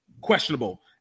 questionable